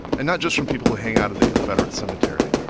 and not just from people who hang out at the confederate cemetery.